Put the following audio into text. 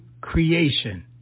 creation